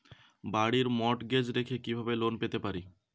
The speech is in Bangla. বাড়ি মর্টগেজ রেখে কিভাবে লোন পেতে পারি?